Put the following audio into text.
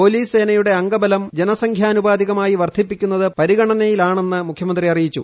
police സേനയുടെ അംഗബലം ജനസംഖ്യാനുപാതികമായി വർദ്ധിപ്പിക്കുന്നത് പരിഗണനയിലാണെന്ന് മുഖ്യമന്ത്രി അറിയിച്ചു